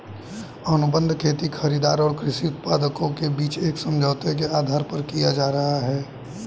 अनुबंध खेती खरीदार और कृषि उत्पादकों के बीच एक समझौते के आधार पर किया जा रहा है